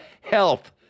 Health